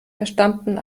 verstanden